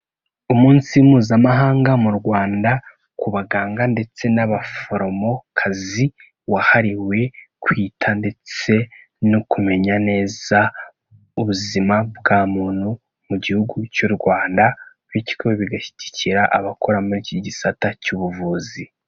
Umunsi mpuzamahanga mu Rwanda ku baganga ndetse n'abaforomokazi wahariwe kwita ndetse no kumenya neza ubuzima bwa muntu mu gihugu cy'u Rwanda, bityo bigashyigikira abakora muri iki gisata cy'ubuvuzi.